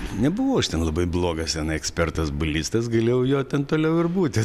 nebuvau aš ten labai blogas ten ekspertas balistas galėjau juo ten toliau ir būti